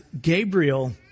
Gabriel